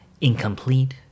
incomplete